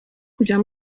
kujya